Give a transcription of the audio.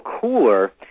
cooler